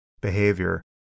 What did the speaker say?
behavior